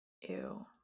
Ew